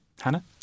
Hannah